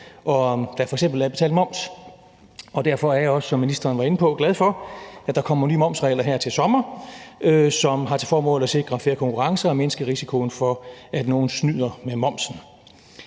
om der f.eks. er betalt moms. Og derfor er jeg også, som ministeren var inde på, glad for, at der kommer nye momsregler her til sommer, som har til formål at sikre fair konkurrence og mindske risikoen for, at nogen snyder med momsen.